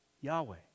Yahweh